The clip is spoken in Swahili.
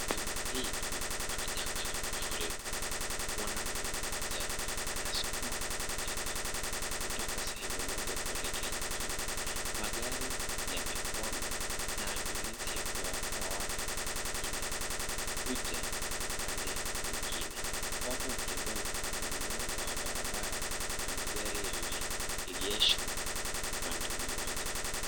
Sehemu hii imekumbwa na Janga la mafuriko. Mwanamme mmoja, anasukuma mkokoteni, kutoka sehemu moja kuelekea nyingine. Magari yamekwama na ambulensi ya kuwaokoa watu, inakuja upande mwingine. Watu wanatembea upande mmoja wa barabara na magari yameegeshwa upande mmoja.